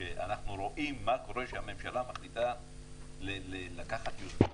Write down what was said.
שאנחנו רואים כשהממשלה מחליטה לקחת יוזמה,